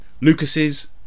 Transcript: Lucas's